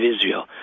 israel